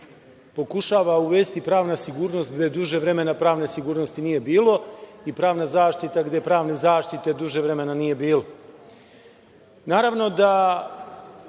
pokušava uvesti pravna sigurnost gde duže vremena pravne sigurnosti nije bilo i gde pravne zaštite duže vremena nije